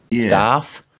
staff